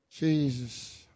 Jesus